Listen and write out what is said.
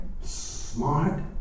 Smart